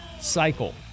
cycle